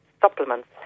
supplements